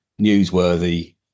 newsworthy